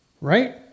right